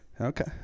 Okay